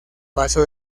paso